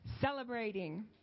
celebrating